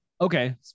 Okay